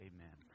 Amen